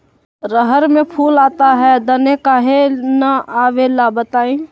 रहर मे फूल आता हैं दने काहे न आबेले बताई?